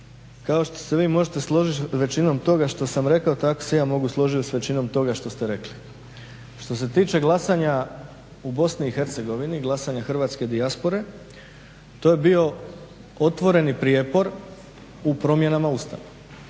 Kao što se vi možete složit s većinom toga što sam rekao tako se i ja mogu složit s većinom toga što ste rekli. Što se tiče glasanja u BiH, glasanja hrvatske dijaspore, to je bio otvoreni prijepor u promjenama Ustava.